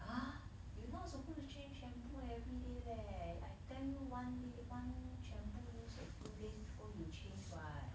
ah you not supposed to change shampoo everyday leh I tell you one day one shampoo use a few days before you change what